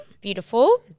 Beautiful